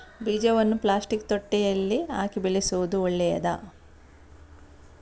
ಬೀಜವನ್ನು ಪ್ಲಾಸ್ಟಿಕ್ ತೊಟ್ಟೆಯಲ್ಲಿ ಹಾಕಿ ಬೆಳೆಸುವುದು ಒಳ್ಳೆಯದಾ?